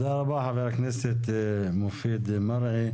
תודה רבה ח"כ מופיד מרעי.